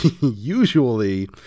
usually